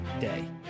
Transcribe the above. day